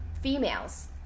females